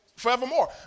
Forevermore